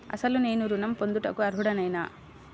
అసలు నేను ఋణం పొందుటకు అర్హుడనేన?